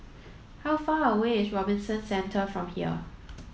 how far away is Robinson Centre from here